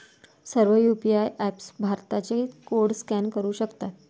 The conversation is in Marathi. सर्व यू.पी.आय ऍपप्स भारत पे चा कोड स्कॅन करू शकतात